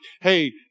hey